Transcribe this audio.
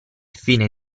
fine